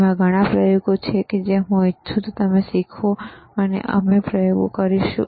એવા ઘણા પ્રયોગો છે જે હું ઈચ્છું છું કે તમે શીખો અને અમે પ્રયોગો કરીશું